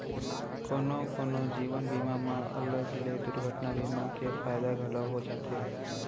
कोनो कोनो जीवन बीमा म अलग ले दुरघटना बीमा के फायदा घलौ हो जाथे